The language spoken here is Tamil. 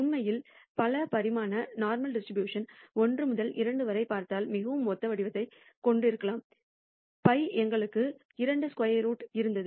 உண்மையில் பல பரிமாண நோர்மல் டிஸ்ட்ரிபியூஷனை 1 முதல் 2 வரை பார்த்தால் மிகவும் ஒத்த வடிவத்தைக் கொண்டிருக்கலாம் π எங்களுக்கு 2 ஸ்கொயர் ரூட் இருந்தது